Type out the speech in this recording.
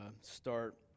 start